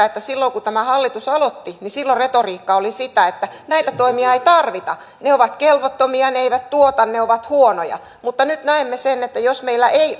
että silloin kun tämä hallitus aloitti retoriikka oli sitä että näitä toimia ei tarvita ne ovat kelvottomia ne eivät tuota ne ovat huonoja mutta nyt näemme sen että jos meillä ei